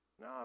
No